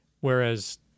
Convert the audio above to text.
Whereas